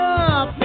up